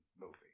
movie